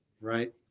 Right